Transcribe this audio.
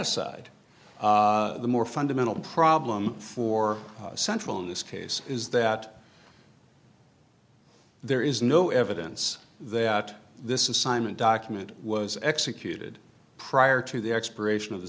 aside the more fundamental problem for central in this case is that there is no evidence that this assignment document was executed prior to the expiration of the